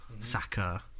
Saka